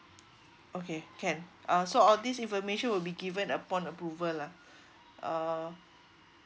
okay can uh so all this information will be given upon approval lah uh